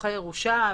סכסוכי ירושה,